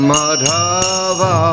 Madhava